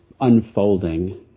unfolding